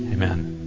Amen